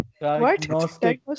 Diagnostic